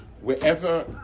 wherever